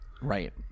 Right